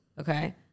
Okay